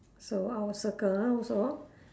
so I'll circle also